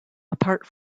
apart